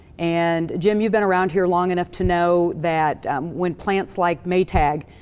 and, jim, you've been around here long enough to know that when plants, like maytag,